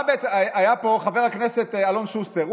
היה פה חבר הכנסת אלון שוסטר,